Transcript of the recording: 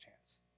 chance